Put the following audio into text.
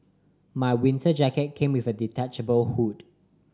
my winter jacket came with a detachable hood